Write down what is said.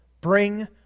bring